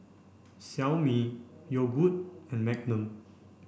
Xiaomi Yogood and Magnum